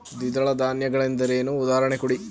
ದ್ವಿದಳ ಧಾನ್ಯ ಗಳೆಂದರೇನು, ಉದಾಹರಣೆ ಕೊಡಿ?